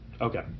Okay